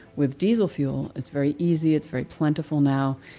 with diesel fuel, it's very easy, it's very plentiful now.